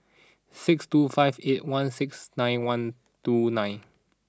six two five eight one six nine one two nine